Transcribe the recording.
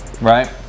Right